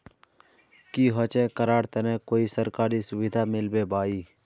की होचे करार तने कोई सरकारी सुविधा मिलबे बाई?